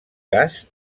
cas